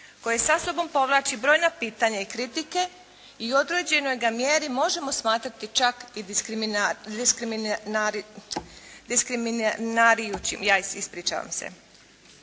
koje sa sobom povlači brojna pitanja i kritike i u određenoj ga mjeri možemo smatrati čak diskriminarujućim. Ispričavam se.